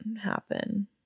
happen